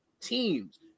teams